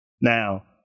Now